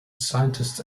scientists